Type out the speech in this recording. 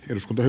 eduskunnan